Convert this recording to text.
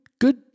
good